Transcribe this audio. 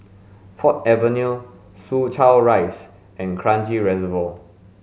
Ford Avenue Soo Chow Rise and Kranji Reservoir